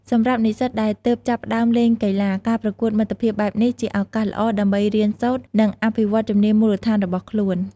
សម្រាប់និស្សិតដែលទើបចាប់ផ្ដើមលេងកីឡា ការប្រកួតមិត្តភាពបែបនេះជាឱកាសល្អដើម្បីរៀនសូត្រ និងអភិវឌ្ឍជំនាញមូលដ្ឋានរបស់ខ្លួន។